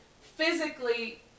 physically